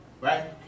Right